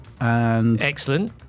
Excellent